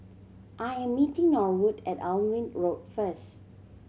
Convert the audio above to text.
I am meeting Norwood at Alnwick Road first